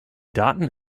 daten